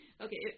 Okay